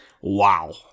Wow